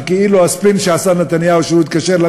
וכאילו הספין שעשה נתניהו כשהוא התקשר,